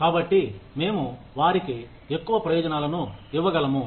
కాబట్టి మేము వారికి ఎక్కువ ప్రయోజనాలను ఇవ్వగలము